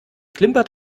klimpert